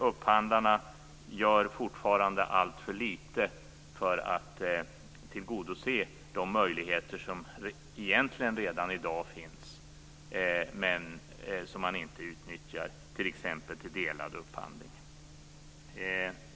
Upphandlarna gör fortfarande alltför lite för att tillgodose de möjligheter som egentligen redan i dag finns men som inte utnyttjas, t.ex. till delad upphandling.